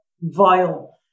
Vile